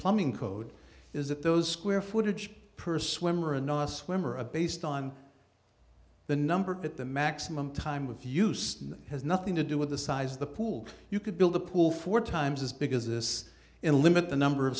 plumbing code is that those square footage purse wimmera not swim or a based on the number that the maximum time with houston has nothing to do with the size of the pool you could build a pool four times as big as this and limit the number of